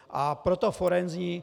A proto forenzní.